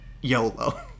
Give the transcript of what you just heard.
YOLO